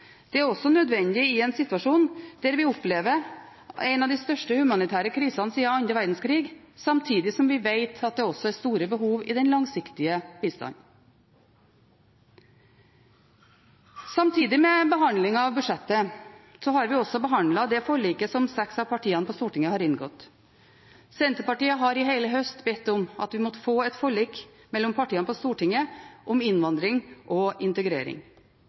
Det er også nødvendig i en situasjon der vi opplever en av de største humanitære krisene siden den andre verdenskrigen, samtidig som vi vet at det også er store behov i den langsiktige bistanden. Samtidig med behandlingen av budsjettet har vi også behandlet det forliket som seks av partiene på Stortinget har inngått. Senterpartiet har i hele høst bedt om at vi måtte få et forlik mellom partiene på Stortinget om innvandring og integrering.